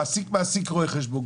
מעסיק מעסיק רואה חשבון.